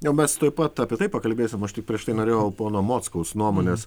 jau mes tuoj pat apie tai pakalbėsim aš tik prieš tai norėjau pono mockaus nuomonės